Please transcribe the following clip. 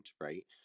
right